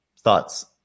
Thoughts